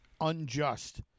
unjust